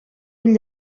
ull